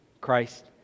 Christ